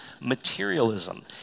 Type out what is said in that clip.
materialism